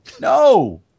No